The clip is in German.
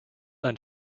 ein